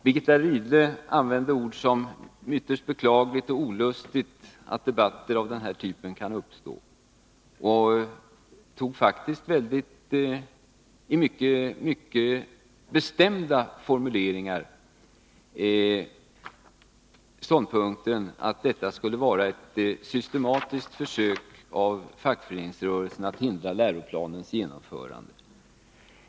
Birgitta Rydle använde ord som ”ytterst beklagligt” och ”olustigt” när hon pekade på att debatter av den här typen kan uppstå, och med mycket bestämda formuleringar intog hon ståndpunkten att detta skulle vara ett systematiskt försök av fackföreningsrörelsen att hindra läroplanens genomförande.